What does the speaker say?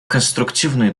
конструктивный